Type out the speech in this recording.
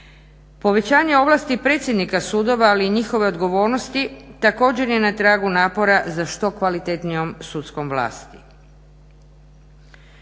Povećanje ovlasti predsjednika sudova, ali i njihove odgovornosti također je na tragu napora za što kvalitetnijom sudskom vlasti.